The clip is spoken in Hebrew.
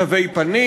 שעזר ותיווך,